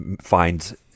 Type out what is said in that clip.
find